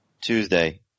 Tuesday